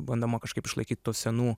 bandoma kažkaip išlaikyt tų senų